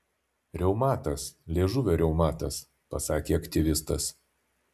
reumatas liežuvio reumatas pasakė aktyvistas